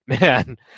man